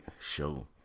show